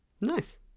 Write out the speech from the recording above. Nice